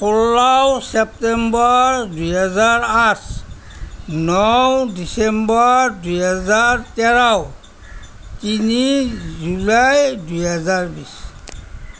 ষোল্লও September দুহেজাৰ আঠ নও ডিচেম্বৰ দুহেজাৰ তেৰও তিনি জুলাই দুহেজাৰ বিছ